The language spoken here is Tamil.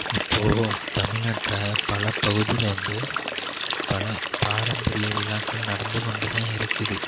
இப்போது தமிழ்நாட்டில் பல பகுதியில் வந்து பல பாரம்பரிய விழாக்கள் நடந்து கொண்டுதான் இருக்குது